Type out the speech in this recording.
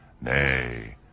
Nay